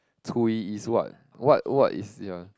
cui is what what what is ya